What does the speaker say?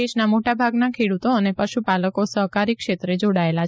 દેશના મોટાભાગના ખેડ્રતો અને પશુપાલકો સહકારી ક્ષેત્રે જોડાયેલા છે